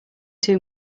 too